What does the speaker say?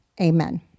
Amen